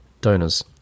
donors